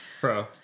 bro